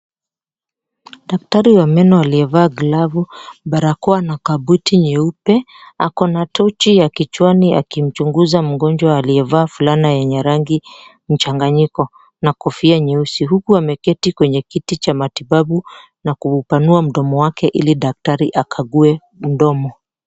Daktari wa meno aliyevaa glavu barakoa na kabuiti nyeupe, ako na tochi ya kichwani akimchunguza mgonjwa aliyevaa fulana yenye rangi mchanganyiko na kofia nyeusi huku ameketi kwenye kiti cha matibabu na kuupanua mdomo wake ili daktari akague mdomo.